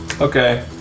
Okay